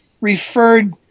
referred